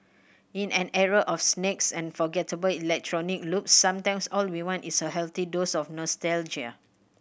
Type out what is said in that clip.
in an era of snakes and forgettable electronic loops sometimes all we want is a healthy dose of nostalgia